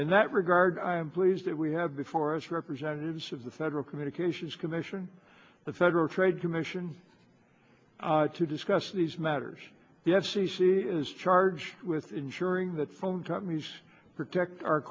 in that regard i'm pleased that we have before us representatives of the federal communications commission the federal trade commission to discuss these matters the f c c is charged with ensuring that phone companies protect our